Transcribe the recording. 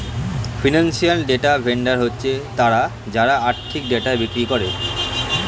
financial data vendor হচ্ছে তারা যারা আর্থিক ডেটা বিক্রি করে